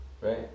right